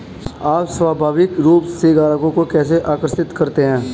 आप स्वाभाविक रूप से ग्राहकों को कैसे आकर्षित करते हैं?